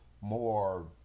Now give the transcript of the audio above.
more